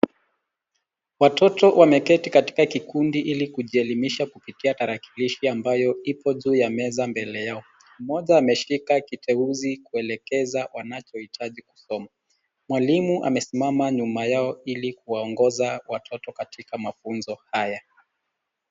Watoto wameketi katika kikundi ili kujielimisha kupitia tarakilishi ambayo ipo juu ya meza mbele yao. Mmoja ameshika kiteuzi kuelekeza wanachohitaji kusoma. Mwalimu amesimama nyuma yao ili kuwaongoza watoto katika mafunzo haya.